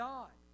God